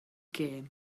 gem